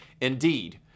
Indeed